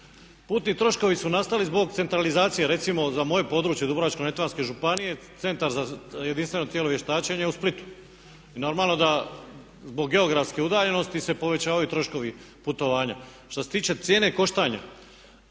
Putni troškovi su nastali zbog centralizacije recimo za moje područje Dubrovačko-neretvanske županije, centar za jedinstveno tijelo vještačenja je u Splitu. I normalno da zbog geografske udaljenosti se povećavaju troškovi putovanja. Što se tiče cijene koštanja,